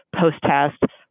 post-test